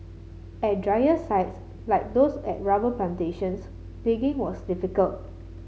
at drier sites like those at rubber plantations digging was difficult